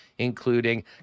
including